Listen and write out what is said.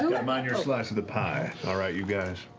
mind your slice of the pie, all right, you guys?